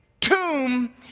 tomb